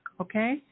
Okay